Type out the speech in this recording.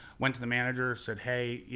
went to the manager, said hey, yeah